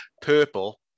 purple